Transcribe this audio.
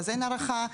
אין הארכה,